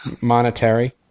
Monetary